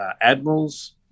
admirals